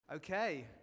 Okay